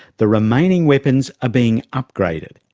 the remaining weapons are being upgraded,